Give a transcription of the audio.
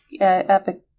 epic